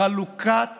חלוקת